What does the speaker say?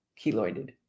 keloided